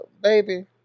baby